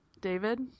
David